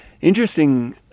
interesting